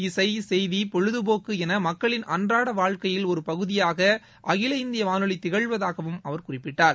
இசை செய்தி பொழுதுபோக்கு என மக்களின் அன்றாட வாழ்க்கையில் ஒரு பகுதியாக அகில இந்திய வானொலி திகழ்வதாகவும் அவர் குறிப்பிட்டார்